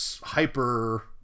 hyper